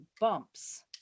bumps